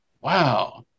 wow